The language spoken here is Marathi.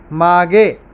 मागे